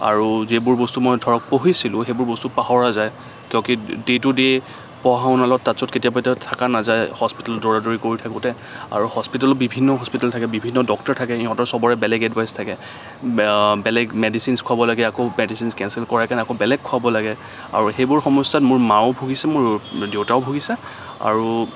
আৰু যিবোৰ বস্তু মই ধৰক পঢ়িছিলোঁ সেইবোৰ বস্তু পাহৰা যায় কিয়কি ডে টু ডে পঢ়া শুনাৰ লগত টাছত কেতিয়াবা এতিয়া থকা নাযায় হস্পিতেলত দৌৰা দৌৰি কৰি থাকোঁতে আৰু হস্পিতেলো বিভিন্ন হস্পিতেল থাকে বিভিন্ন ডক্টৰ থাকে সিহঁতৰ চবৰে বেলেগ এডভাইছ থাকে বেলেগ মেডিচিনছ খুৱাব থাকে আকৌ মেডিচিনছ কেঞ্চেল কৰাইকেনে আকৌ বেলেগ খোৱাব লাগে আৰু সেইবোৰ সমস্যাত মোৰ মায়ো ভুগিছে মোৰ দেউতায়ো ভুগিছে আৰু